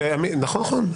נכון.